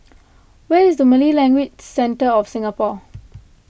where is Malay Language Centre of Singapore